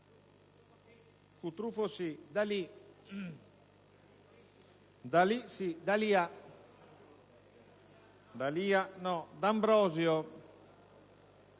D'Ambrosio